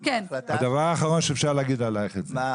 הדבר האחרון שאפשר להגיד עליך את זה.